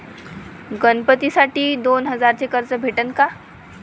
गणपतीसाठी दोन हजाराचे कर्ज भेटन का?